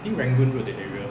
I think rangoon road that area